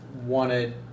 wanted